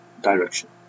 direction